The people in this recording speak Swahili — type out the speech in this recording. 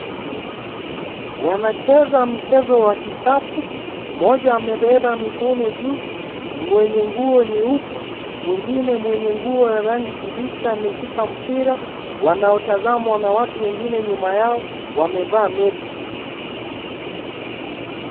Wanacheza mchezo wa kikapu. Mmoja amebeba mikono juu mwenye nguo nyeupe. Mwingine mwenye nguo ya rangi kijani kibichi ameshika mpira. Wanaotazama na watu wengine nyuma yao wamevaa meski.